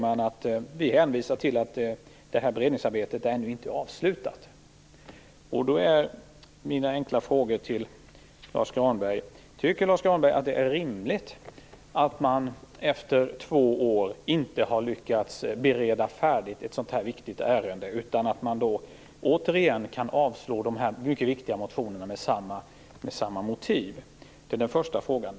Man hänvisar till att beredningsarbetet ännu inte är avslutat. Tycker Lars Granberg att det är rimligt att man efter två år inte har lyckats bereda ett sådant här viktigt ärende? Man kan återigen avslå dessa mycket viktiga motioner med samma motivering. Det är den första frågan.